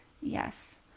Yes